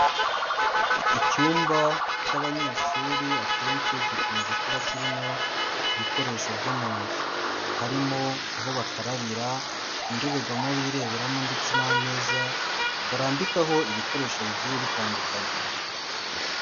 Icyumba cy'abanyeshuri akenshi gikunze kuba kirimo ibikoresho byo mu nzu, harimo aho bakarabira, indorerwamo bireberamo ndetse n'ameza barambikaho ibikoresho bigiye bitandukanye.